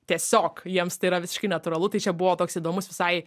tiesiog jiems tai yra visiškai natūralu tai čia buvo toks įdomus visai